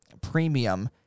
premium